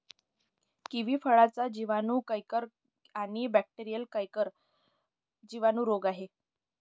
kiwi फळाचा जिवाणू canker आणि बॅक्टेरीयल कैंकर जिवाणू रोग आहे